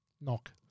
Knock